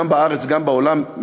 גם בארץ וגם בעולם,